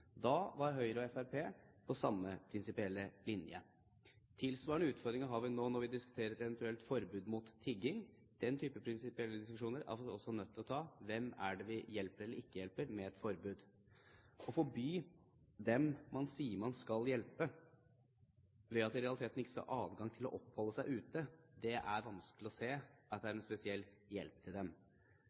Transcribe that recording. Da var Høyre og Fremskrittspartiet på samme prinsipielle linje. Tilsvarende utfordringer har vi når vi diskuterer et eventuelt forbud mot tigging. Den typen prinsipielle diskusjoner er vi også nødt til å ta: Hvem er det vi hjelper eller ikke hjelper med et forbud? Å forby dem man sier man skal hjelpe, i realiteten adgang til å oppholde seg ute er vanskelig å se er en spesiell hjelp.